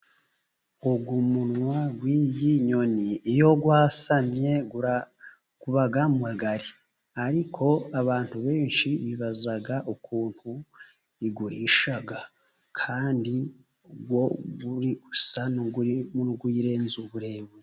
Uyu munwa w'iyi nyoni iyo wasanye uba mugari. Ariko abantu benshi bibaza ukuntu iwurisha kandi wo usa n'uyirenze uburebure.